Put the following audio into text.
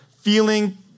feeling